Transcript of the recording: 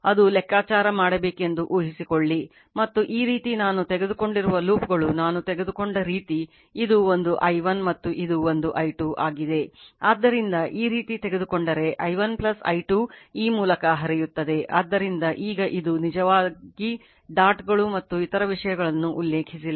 ಅದು ಲೆಕ್ಕಾಚಾರ ಮಾಡಬೇಕೆಂದು ಊಹಿಸಿಕೊಳ್ಳಿ ಮತ್ತು ಈ ರೀತಿ ನಾನು ತೆಗೆದುಕೊಂಡಿರುವ ಲೂಪ್ಗಳು ನಾನು ತೆಗೆದುಕೊಂಡ ರೀತಿ ಇದು ಒಂದು i1 ಮತ್ತು ಇದು ಒಂದು i2 ಆಗಿದೆ ಆದ್ದರಿಂದ ಈ ರೀತಿ ತೆಗೆದುಕೊಂಡರೆ i1 i2 ಈ ಮೂಲಕ ಹರಿಯುತ್ತದೆ ಆದ್ದರಿಂದ ಈಗ ಇದು ನಿಜವಾಗಿ ಡಾಟ್ ಗಳು ಮತ್ತು ಇತರ ವಿಷಯಗಳನ್ನು ಉಲ್ಲೇಖಿಸಿಲ್ಲ